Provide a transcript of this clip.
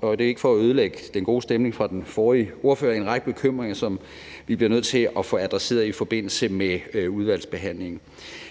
og det er ikke for at ødelægge den gode stemning fra den forrige ordfører – en række bekymringer, som vi bliver nødt til at få adresseret i forbindelse med udvalgsbehandlingen.